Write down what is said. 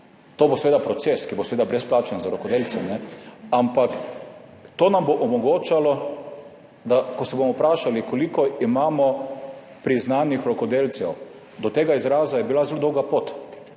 To bo seveda proces, ki bo brezplačen za rokodelce, ampak to nam bo omogočalo, da ko se bomo vprašali, koliko imamo priznanih rokodelcev, do tega izraza je bila zelo dolga pot,